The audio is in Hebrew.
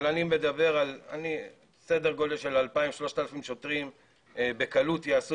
אבל אני מדבר על סדר גודל של 3,000-2,000 שוטרים שבקלות יעשו